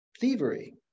thievery